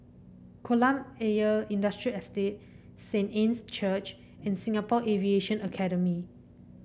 Kolam Ayer Industrial Estate Saint Anne's Church and Singapore Aviation Academy